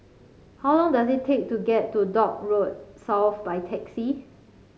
how long does it take to get to Dock Road South by taxi